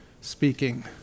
speaking